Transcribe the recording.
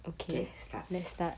okay start